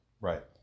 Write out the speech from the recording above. Right